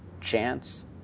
chance